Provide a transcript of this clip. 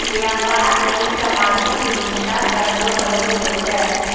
व्यापार लेली सामाजिक उद्यमिता शब्द रो प्रयोग हुवै छै